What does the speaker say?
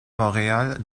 montréal